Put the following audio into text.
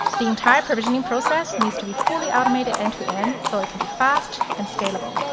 the entire provisioning process needs to be fully automated end to end so it can be fast and scalable.